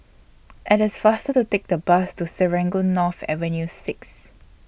IT IS faster to Take The Bus to Serangoon North Avenue six